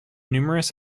numerous